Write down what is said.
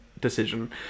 decision